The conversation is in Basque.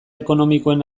ekonomikoen